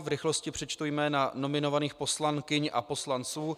V rychlosti přečtu jména nominovaných poslankyň a poslanců.